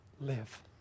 Live